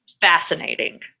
fascinating